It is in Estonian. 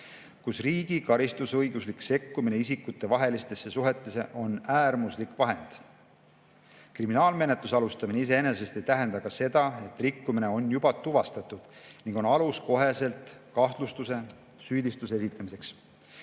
kus riigi karistusõiguslik sekkumine isikutevahelistesse suhetesse on äärmuslik vahend. Kriminaalmenetluse alustamine iseenesest ei tähenda aga seda, et rikkumine on juba tuvastatud ning on alus kahtlustuse või süüdistuse esitamiseks.